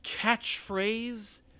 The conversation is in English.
catchphrase